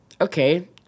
Okay